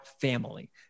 family